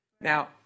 Now